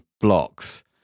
blocks